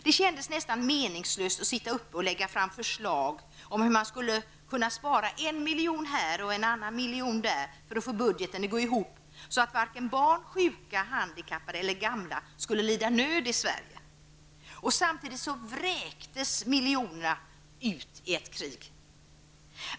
Det kändes nästan meningslöst att sitta uppe och lägga fram förslag om hur man skulle kunna spara en miljon här och en annan miljon där för att få budgeten att gå ihop så att varken barn, sjuka, handikappade eller gamla skulle lida nöd i Sverige, samtidigt som miljoner vräktes ut i ett krig.